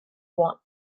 want